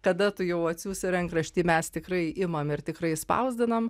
kada tu jau atsiųsi rankraštį mes tikrai imam ir tikrai spausdinam